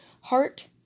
heart